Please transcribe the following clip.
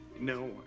No